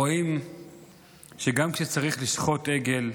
רואים שגם כשצריך לשחוט עגל,